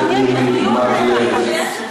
חבר הכנסת אורי מקלב,